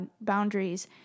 boundaries